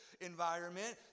environment